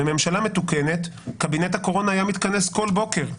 בממשלה מתוקנת קבינט הקורונה היה מתכנס כל בוקר,